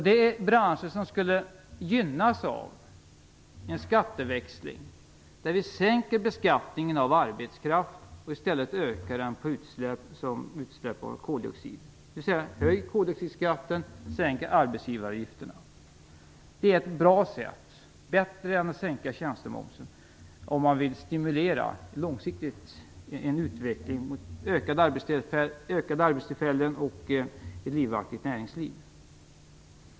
Det är branscher som skulle gynnas av en skatteväxling där beskattningen av arbetskraften sänks och där beskattningen i stället höjs på utsläpp av koldioxid, dvs. en höjd koldioxidskatt och sänkta arbetsgivaravgifter. Det är ett bra sätt, bättre än att sänka tjänstemomsen, om man långsiktigt vill stimulera en utveckling mot ökade arbetstillfällen och ett livaktigt näringsliv.